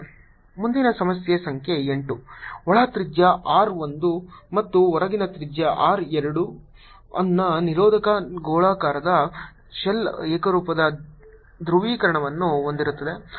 ds01 ≠0 Q1020 Q20 ಮುಂದಿನ ಸಮಸ್ಯೆ ಸಂಖ್ಯೆ 8 ಒಳ ತ್ರಿಜ್ಯ R 1 ಮತ್ತು ಹೊರಗಿನ ತ್ರಿಜ್ಯ R 2 ನ ನಿರೋಧಕ ಗೋಳಾಕಾರದ ಶೆಲ್ ಏಕರೂಪದ ಧ್ರುವೀಕರಣವನ್ನು ಹೊಂದಿರುತ್ತದೆ